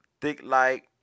thick-like